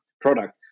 product